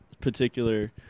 particular